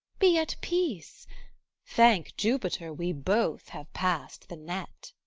be at peace thank jupiter we both have pass'd the net!